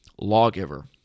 lawgiver